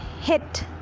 hit